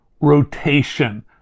rotation